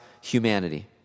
humanity